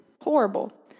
Horrible